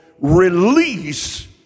release